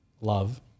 love